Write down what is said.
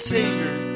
Savior